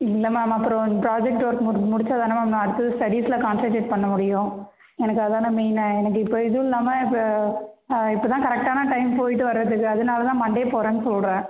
இல்லை மேம் அப்புறம் project work முடி முடிச்சால் தானே மேம் நான் அடுத்தது ஸ்டடீஸில் கான்சென்ட்ரேட் பண்ண முடியும் எனக்கு அதான மெயின்னு எனக்கு இப்போ இதுவுல்லாம இப்போ இப்ப தான் கரெக்டான டைம் போயிட்டு வரதுக்கு அதுனால தான் மண்டே போகறேன்னு சொல்லுறேன்